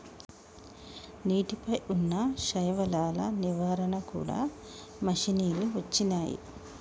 నీటి పై వున్నా శైవలాల నివారణ కూడా మషిణీలు వచ్చినాయి